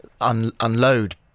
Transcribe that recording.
unload